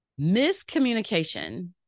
miscommunication